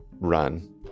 run